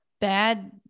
bad